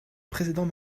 précédent